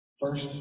first